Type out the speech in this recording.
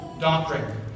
doctrine